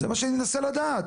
זה מה שאני מנסה לדעת,